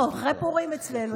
לא, אחרי פורים אצלנו.